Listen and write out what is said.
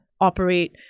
operate